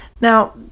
Now